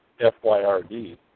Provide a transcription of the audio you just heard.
FYRD